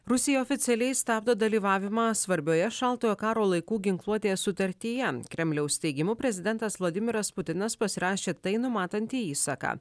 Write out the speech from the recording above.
rusija oficialiai stabdo dalyvavimą svarbioje šaltojo karo laikų ginkluotės sutartyje kremliaus teigimu prezidentas vladimiras putinas pasirašė tai numatantį įsaką